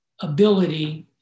ability